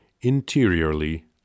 Interiorly